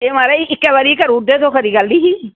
एह् महाराज इक्कै बारी करी ओड़दे हे ते खरी गल्ल ही